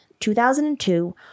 2002